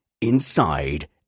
Inside